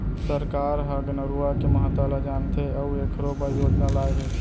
सरकार ह नरूवा के महता ल जानथे अउ एखरो बर योजना लाए हे